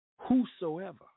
whosoever